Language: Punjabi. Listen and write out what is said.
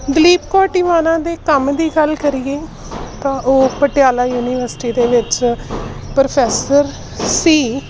ਦਲੀਪ ਕੌਰ ਟਿਵਾਣਾ ਦੇ ਕੰਮ ਦੀ ਗੱਲ ਕਰੀਏ ਤਾਂ ਉਹ ਪਟਿਆਲਾ ਯੂਨੀਵਰਸਿਟੀ ਦੇ ਵਿੱਚ ਪ੍ਰੋਫੈਸਰ ਸੀ